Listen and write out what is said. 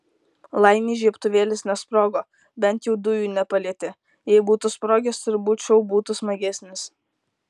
laimei žiebtuvėlis nesprogo bent jau dujų nepalietė jei būtų sprogęs turbūt šou būtų smagesnis